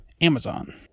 Amazon